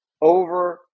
over